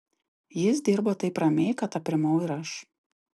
jis dirbo taip ramiai kad aprimau ir aš